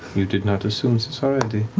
you did not assume so